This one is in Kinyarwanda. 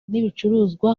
n’ibicuruzwa